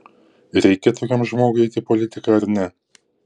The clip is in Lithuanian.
reikia tokiam žmogui eiti į politiką ar ne